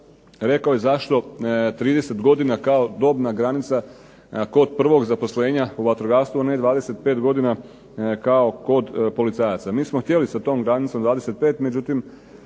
Rekao je zašto 30 godina kao dobna granica kod prvog zaposlenja u vatrogastvu a ne 25 godina kao kod policajaca. MI smo htjeli sa tom granicom 25, međutim,